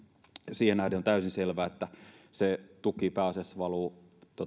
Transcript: siihen nähden on täysin selvää että se tuki pääasiassa valuu